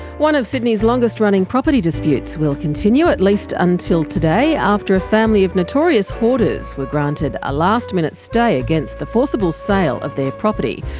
one of sydney's longest running property disputes will continue, at least until today, after a family of notorious hoarders were granted a last minute stay against the forcible sale of their property.